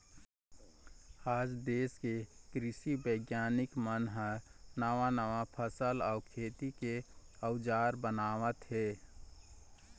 आज देश के कृषि बिग्यानिक मन ह नवा नवा फसल अउ खेती के अउजार बनावत हे